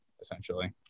essentially